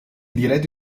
diretto